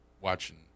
watching